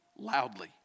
Loudly